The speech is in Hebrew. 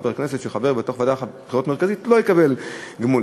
חבר כנסת שחבר בוועדת הבחירות המרכזית לא יקבל גמול.